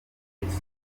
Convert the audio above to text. wese